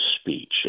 speech